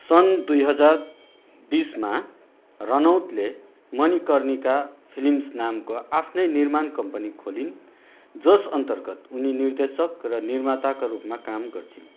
सन् दुई हजार बिसमा रनौतले मणिकर्णिका फिल्म्स नामको आफ्नै निर्माण कम्पनी खोलिन् जसअन्तर्गत उनी निर्देशक र निर्माताका रूपमा काम गर्छिन्